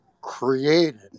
created